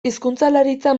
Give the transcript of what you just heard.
hizkuntzalaritza